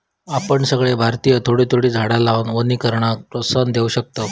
आपण सगळे भारतीय थोडी थोडी झाडा लावान वनीकरणाक प्रोत्साहन देव शकतव